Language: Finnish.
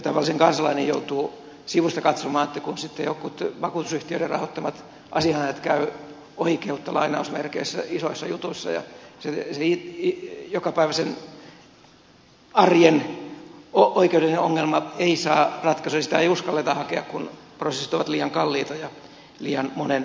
tavallinen kansalainen joutuu sivusta katsomaan kun sitten jotkut vakuutusyhtiöiden rahoittamat asianajajat käyvät oi keutta lainausmerkeissä isoissa jutuissa ja jokapäiväisen arjen oikeudellinen ongelma ei saa ratkaisua ja ratkaisua ei uskalleta hakea kun prosessit ovat liian kalliita ja liian monen lukon takana